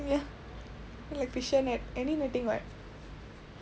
ya like fisher net any netting what